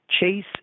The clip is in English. chase